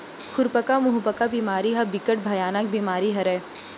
खुरपका मुंहपका बेमारी ह बिकट भयानक बेमारी हरय